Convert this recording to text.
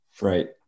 Right